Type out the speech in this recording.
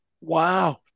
Wow